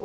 Kl.